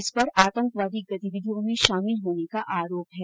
इस पर आतंकवादी गतिविधियों में शामिल होने का आरोप है